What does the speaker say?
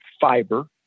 fiber